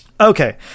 Okay